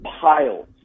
piles